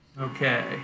Okay